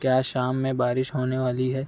کیا شام میں بارش ہونے والی ہے